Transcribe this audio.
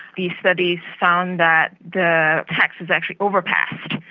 these studies found that the tax is actually over-passed.